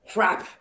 Crap